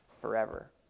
forever